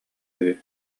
үһү